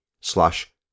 slash